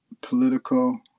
political